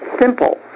simple